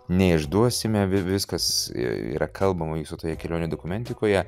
neišduosime vi viskas yra kalbama jūsų toje kelionių dokumentikoje